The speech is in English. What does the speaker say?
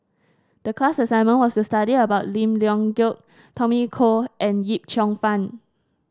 the class assignment was to study about Lim Leong Geok Tommy Koh and Yip Cheong Fun